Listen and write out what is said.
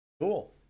cool